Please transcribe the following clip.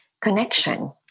connection